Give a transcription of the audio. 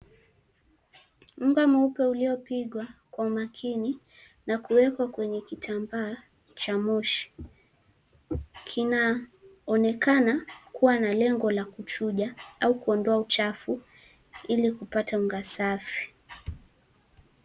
Unga mweupe uliopigwa kwa makini na kuwekwa kwenye kitambaa cha moshi, kinaonekana kuwa na lengo la kuchuja au kuondoa uchafu ili kupata unga safi.